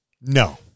No